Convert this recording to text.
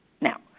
Now